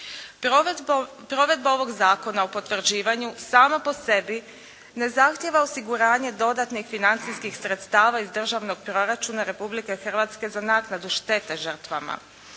Provedba ovoga Zakona o potvrđivanju sama po sebi ne zahtjeva osiguranje dodatnih financijskih sredstava iz Državnog proračuna Republike Hrvatske za naknadu štete žrtvama.